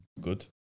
good